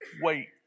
wait